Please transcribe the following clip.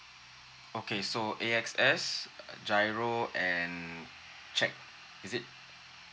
okay so A_X_S G_I_R_O and cheque is it